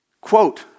Quote